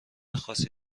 خاصی